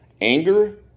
anger